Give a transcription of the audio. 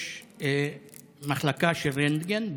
יש מחלקה של רנטגן.